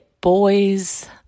boy's